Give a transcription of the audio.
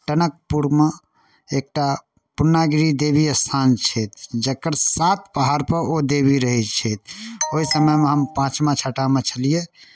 टनकपुरमे एकटा पूर्णागिरि देवी स्थान छै जकर सात पहाड़पर ओ देवी रहै छथि ओहि समयमे हम पाँचमा छठामे छलियै